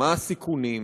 מה הסיכונים,